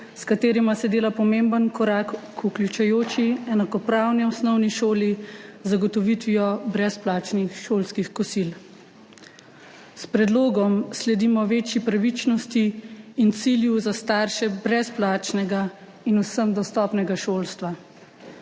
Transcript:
s katerima se dela pomemben korak k vključujoči, enakopravni osnovni šoli, z zagotovitvijo brezplačnih šolskih kosil. S predlogom sledimo večji pravičnosti in cilju za starše brezplačnega in vsem dostopnega šolstva.